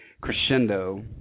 crescendo